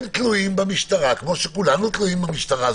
הם תלויים במשטרה כמו שכולנו תלויים במשטרה.